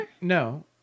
No